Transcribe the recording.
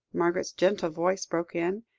margaret's gentle voice broke in,